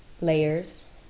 layers